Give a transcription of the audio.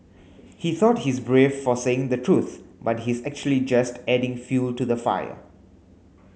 he thought he's brave for saying the truth but he's actually just adding fuel to the fire